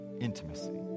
intimacy